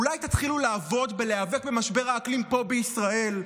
אולי תתחילו לעבוד בלהיאבק במשבר האקלים פה בישראל.